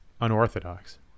unorthodox